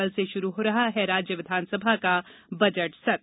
कल से शुरू हो रहा है राज्य विधानसभा का बजट सत्र